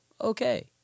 Okay